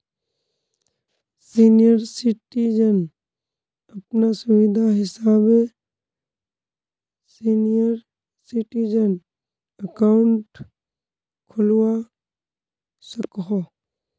senior citizen अपना सुविधा हिसाबे सीनियर सिटीजन अकाउंट खोलवा सकोह